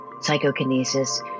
psychokinesis